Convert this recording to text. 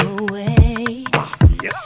away